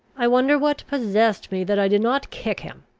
i wonder what possessed me that i did not kick him!